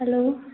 hello